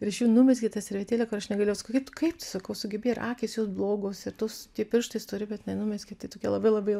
ir iš jų numezgė tą servetėlę kur aš negalėjau sakau kaip kaip tu sakau sugebėjai ir akys jos blogos ir tos tie pirštai stori bet jinai numezgė tai tokia labai labai